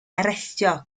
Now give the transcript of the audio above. arestio